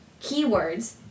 keywords